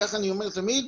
כך אני אומר תמיד,